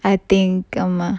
I think ஆமா:aama